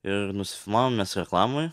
ir nusifilmavom mes reklamoj